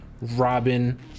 Robin